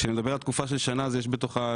כשאני מדבר על תקופה של שנה יש בה שתי